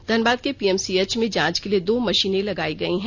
धनबाद के पीएमसीएच में जांच के लिए दो मषीनें लगायी गयी हैं